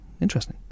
Interesting